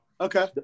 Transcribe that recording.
Okay